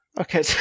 Okay